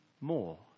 more